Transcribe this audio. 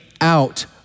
out